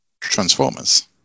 Transformers